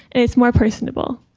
and it's more personable.